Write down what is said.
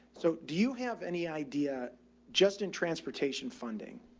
so do you have any idea just in transportation funding,